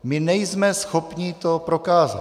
My nejsme schopni to prokázat.